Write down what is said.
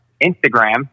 Instagram